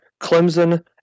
Clemson